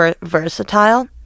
versatile